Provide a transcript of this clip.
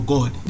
God